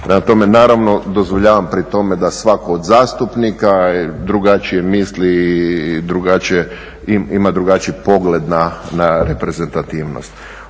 naravno dozvoljavam pri tome da svatko od zastupnika drugačije misli i ima drugačiji pogled na reprezentativnost.